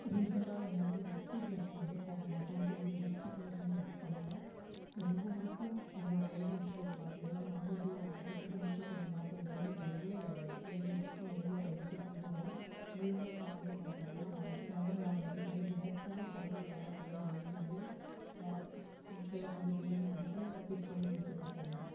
ரீசன்ட்டாக நாங்கள் வந்து ஹச்பி கேஸ்ல வந்து போன மாதம் வந்து வந்து ஹச்பி கேஸ் வந்து புக் பண்ணோம் எங்கள் ஊருக்கும் எங்களோடய ஏஜென்சிக்கும் வந்து பார்த்திங்கன்னா ரொம்ப தூரோம் கிட்டத்தட்ட முப்பத்தி அஞ்சு நாற்பது கிலோமீட்டர் வந்து ஏஜென்சிக்கும் எங்களோடய வீட்டுக்கும் தூரம் இருந்தாலும் அவங்க வந்து பார்த்திங்கன்னா நான் முத நாள் நைட்டு புக் பண்ணால் மறுநாள் காலையில பதினோரு மணிக்கு வந்து கேஸ் வந்து டெலிவரி பண்ணிட்டு பிட் பண்ணியும் கொடுத்துட்டு போய்ட்டாங்கள்